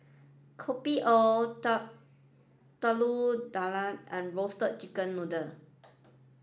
Kopi O Telur Dadah and Roasted Chicken Noodle